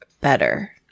better